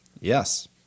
Yes